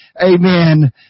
Amen